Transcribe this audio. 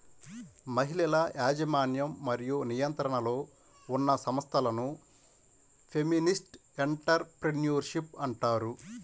మహిళల యాజమాన్యం మరియు నియంత్రణలో ఉన్న సంస్థలను ఫెమినిస్ట్ ఎంటర్ ప్రెన్యూర్షిప్ అంటారు